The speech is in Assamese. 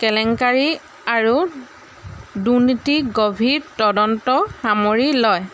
কেলেংকাৰী আৰু দূৰ্নীতিৰ গভীৰ তদন্ত সামৰি লয়